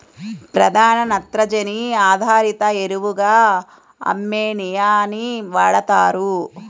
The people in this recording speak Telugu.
ప్రధాన నత్రజని ఆధారిత ఎరువుగా అమ్మోనియాని వాడుతారు